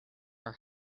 our